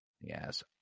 Yes